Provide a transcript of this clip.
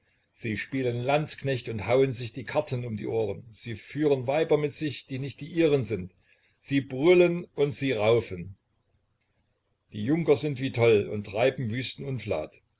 sie spielen landsknecht und hauen sich die karten um die ohren sie führen weiber mit sich die nicht die ihren sind sie brüllen und sie raufen die junker sind wie toll und treiben wüsten unflat